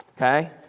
Okay